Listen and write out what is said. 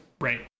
Right